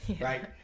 right